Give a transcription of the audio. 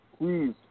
Please